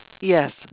Yes